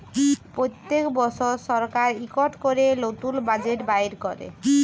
প্যত্তেক বসর সরকার ইকট ক্যরে লতুল বাজেট বাইর ক্যরে